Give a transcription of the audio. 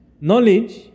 knowledge